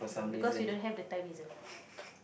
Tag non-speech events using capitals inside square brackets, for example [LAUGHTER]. you know because we don't have the Thai Basil [BREATH]